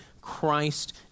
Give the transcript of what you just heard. Christ